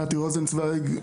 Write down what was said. נתי רוזנצוויג,